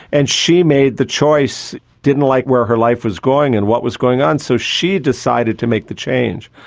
and she made the choice, didn't like where her life was going and what was going on, so she decided to make the change.